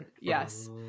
Yes